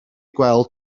gweld